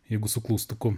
jeigu su klaustuku